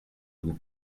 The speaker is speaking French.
vous